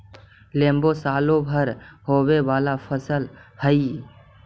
लेम्बो सालो भर होवे वाला फसल हइ